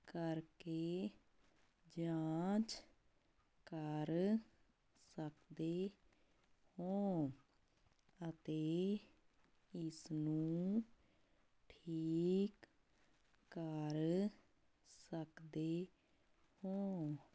ਕਰਕੇ ਜਾਂਚ ਕਰ ਸਕਦੇ ਹੋ ਅਤੇ ਇਸਨੂੰ ਠੀਕ ਕਰ ਸਕਦੇ ਹੋ